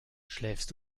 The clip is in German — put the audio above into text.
schläfst